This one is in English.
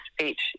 speech